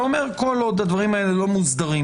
אומר שכל עוד הדברים האלה לא מוסדרים,